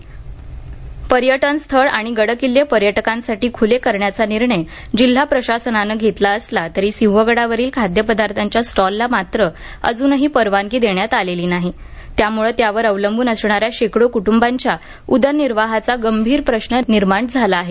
सिंहगड पर्यटनस्थळ आणि गड किल्ले पर्यटकांसाठी खूली करण्याचा निर्णय जिल्हा प्रशासनानं घेतला असला तरी सिंहगडावरील खाद्य पदार्थांच्या स्टॉलला मात्र अजूनही परवानगी देण्यात आलेली नाही त्यामुळं त्यावर अवलंबून असणाऱ्या शेकडो कुटुंबांच्या उदरनिर्वाहाचा गंभीर प्रश्न निर्माण झाला आहे